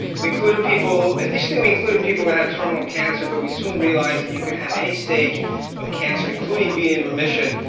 we included people, initially, we included people that had terminal cancer. but we soon realized that you could have any stage of cancer, including being in remission,